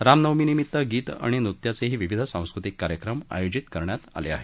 रामनवमीनिमित्त गीत आणि नृत्याचेही विविध सांस्कृतिक कार्यक्रम आयोजित करण्यात आले आहेत